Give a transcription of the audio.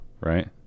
Right